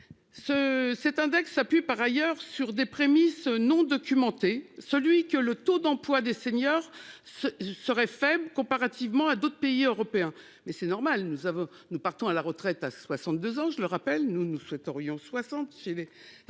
cet index s'appuie par ailleurs sur des prémisses non documenté celui que le taux d'emploi des seniors. Ce serait faible comparativement à d'autres pays européens mais c'est normal, nous avons nous partons à la retraite à 62 ans, je le rappelle, nous nous souhaiterions 60 chez les écologistes.